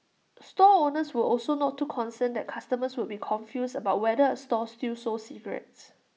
store owners were also not too concerned that customers would be confused about whether A store still sold cigarettes